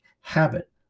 habit